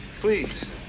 please